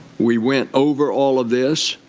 we went over all of this.